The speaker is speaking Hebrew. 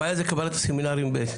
הבעיה זה קבלה לסמינרים ב- ט'.